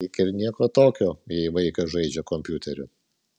lyg ir nieko tokio jei vaikas žaidžia kompiuteriu